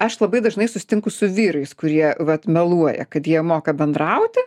aš labai dažnai susitinku su vyrais kurie vat meluoja kad jie moka bendrauti